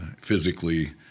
physically